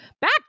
Back